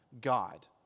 God